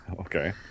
Okay